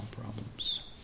problems